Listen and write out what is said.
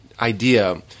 idea